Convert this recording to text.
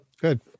good